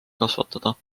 kasvatada